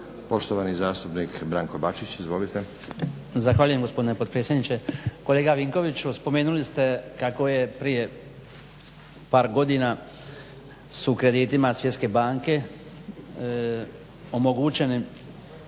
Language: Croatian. Poštovani zastupnik Branko Bačić. Izvolite.